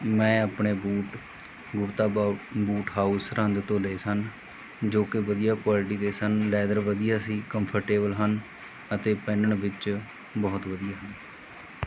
ਮੈਂ ਆਪਣੇ ਬੂਟ ਗੁਪਤਾ ਬ ਬੂਟ ਹਾਊਸ ਸਰਹੰਦ ਤੋਂ ਲਏ ਸਨ ਜੋ ਕਿ ਵਧੀਆ ਕੋਐਲਿਟੀ ਦੇ ਸਨ ਲੈਦਰ ਵਧੀਆ ਸੀ ਕੰਫਰਟੇਬਲ ਹਨ ਅਤੇ ਪਹਿਨਣ ਵਿੱਚ ਬਹੁਤ ਵਧੀਆ